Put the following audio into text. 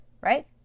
Right